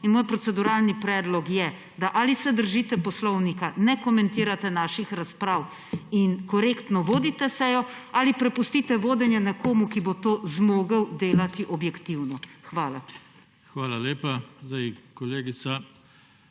Moj proceduralni predlog je, da ali se držite poslovnika, ne komentirate naših razprav in korektno vodite sejo ali prepustite vodenje nekomu, ki bo to zmogel delati objektivno. Hvala. **PODPREDSEDNIK JOŽE